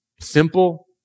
Simple